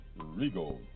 Regal